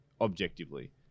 objectively